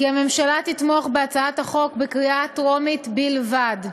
כי הממשלה תתמוך בהצעת החוק בקריאה טרומית בלבד.